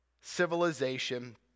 civilization